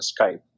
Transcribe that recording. Skype